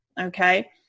okay